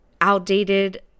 outdated